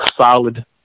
solid